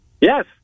Yes